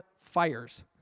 fires